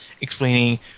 explaining